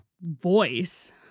voice